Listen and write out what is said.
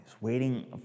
waiting